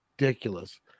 ridiculous